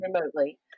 remotely